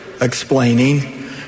explaining